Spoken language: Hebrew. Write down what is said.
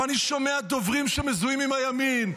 ואני שומע דוברים שמזוהים עם הימין,